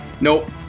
nope